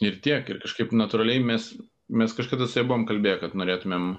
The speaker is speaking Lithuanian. ir tiek ir kažkaip natūraliai mes mes kažkada su ja buvom kalbėję kad norėtumėm